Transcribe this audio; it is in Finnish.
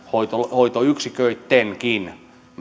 hoitoyksiköittenkin